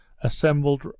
assembled